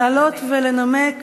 לעלות ולנמק